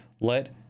Let